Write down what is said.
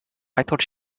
thought